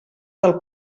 del